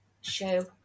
show